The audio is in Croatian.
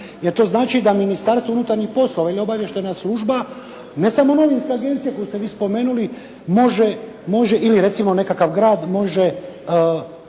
Jer to znači da Ministarstvo unutarnjih poslova ili obavještajna služba ne samo novinska agencija koju ste vi spomenuli može ili recimo nekakav grad može